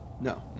No